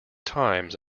times